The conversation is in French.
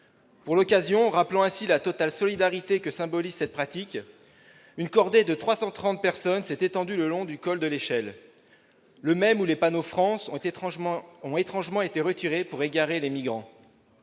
Pour l'occasion, rappelant la totale solidarité que requiert cette pratique, une cordée de 330 personnes s'est déployée le long du col de l'Échelle, là même où les panneaux « France » ont étrangement été retirés pour égarer les migrants.